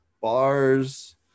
bars